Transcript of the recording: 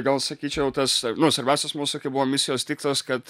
gal sakyčiau tas nu svarbiausias mūsų kaip buvo misijos tikslas kad